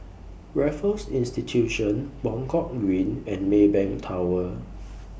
Raffles Institution Buangkok Green and Maybank Tower